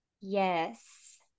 Yes